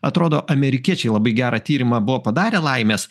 atrodo amerikiečiai labai gerą tyrimą buvo padarę laimės